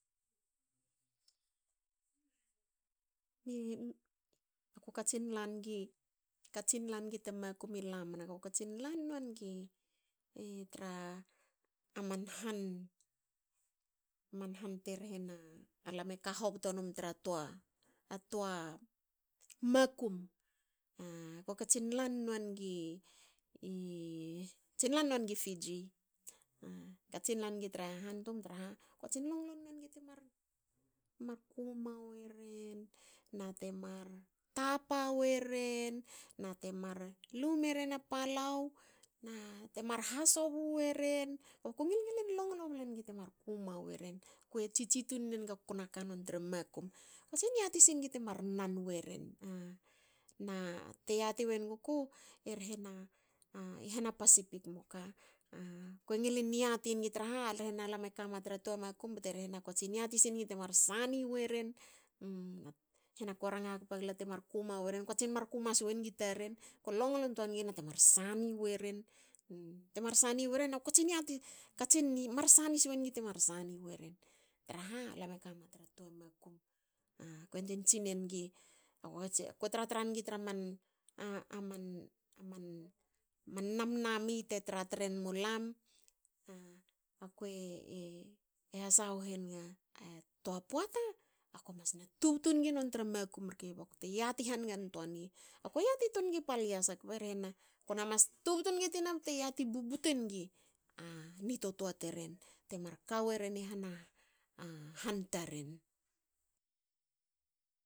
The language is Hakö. Ko katsin lanigi. katsin lanigi ta makum i lamna. Ko katsin lan nuanigi tra man han- man han te hrena lam e ka hobto num tra toa- a toa makum ko katsin lan nuanigi fiji. Katsin la nigi tra han tum traha ko katsin longlo wengi te mar kuma weren na te mar tapa weren nate mar lu meren a palau na te mar hasobu weren. Kue ngil ngilin longlo ble nigi te mar kuma weren. Kue tsitsi tu nenaga kona ka non tra makum. Tsin yati singi te mar nana weren. na te yati we nuguku e rhena i hana pacific moka? Kue ngilin yati traha rhena lam e kama tra tua makum bte hrena ko tsin yati sinigi temar sani weren. Hena ko ranga hakpa gle,"temar kuma weren."Ko katsin mar kuma si wonigi taren. ko longlon toa nigi nate mar sani weren ta mar sani weren. ko katsin yati katsin sani sinigi te mar sani weren traha lam e kama tra toa makum. Ko yantuen tsine nigi ko tra- tra nigi traman aman nam- nami te tra tren mulam. Aku e has- hasaghoenga toa poata ako na mas tubtu nigi nontra makum rke bakte yati hanigen toa nigi. Akue yati tun nigi pal yasa kbe rhena kona mas tubtu tina bte yati bubute nigi a ni totoa taren. te mar ka weren i hanahan taren